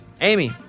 Amy